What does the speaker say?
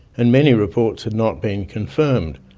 and many reports had not been confirmed.